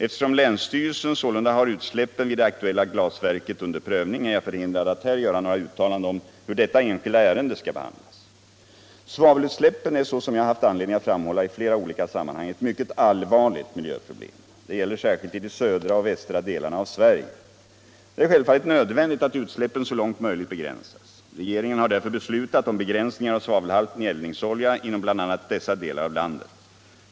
Eftersom länsstyrelsen således har utsläppen vid det aktuella glasbruket under prövning är jag förhindrad att här göra några uttalanden om hur detta enskilda ärende skall behandlas. Svavelutsläppen är såsom jag haft anledning att framhålla i flera olika sammanhang ett mycket allvarligt miljöproblem. Det gäller särskilt i de södra och västra delarna av Sverige. Det är självfallet nödvändigt att utsläppen så långt möjligt begränsas. Regeringen har därför beslutat om begränsningar av svavelhalten i eldningsolja inom bl.a. dessa delar av landet.